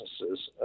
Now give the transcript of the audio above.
businesses